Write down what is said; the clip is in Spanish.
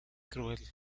cruel